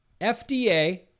FDA